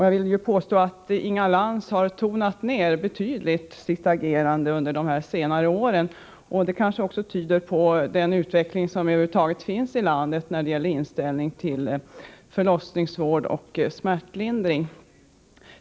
Jag vill påstå att Inga Lantz har tonat ner sitt agerande betydligt under de senaste åren. Detta kanske också belyser vilken utveckling som över huvud taget sker i landet när det gäller inställningen till förlossningsvård och smärtlindring.